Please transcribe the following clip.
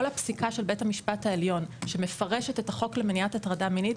כל הפסיקה של בית המשפט העליון שמפרשת את החוק למניעת הטרדה מינית,